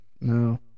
no